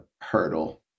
hurdle